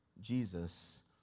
Jesus